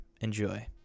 Enjoy